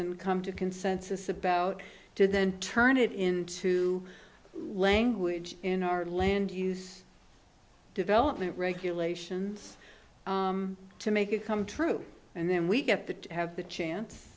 and come to consensus about to then turn it into language in our land use development regulations to make it come true and then we get to have the chance